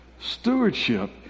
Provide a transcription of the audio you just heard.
stewardship